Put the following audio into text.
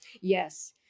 Yes